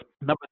Number